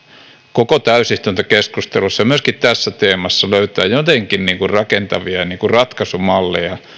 koko täysistuntokeskustelussa ja myöskin tässä teemassa löytämään jotenkin rakentavia ratkaisumalleja